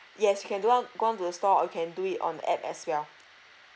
yes you can do on go on to the store or you can do it on app as well